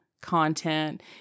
content